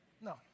No